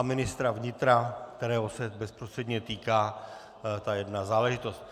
A ministra vnitra, kterého se bezprostředně týká ta jedna záležitost.